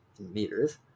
meters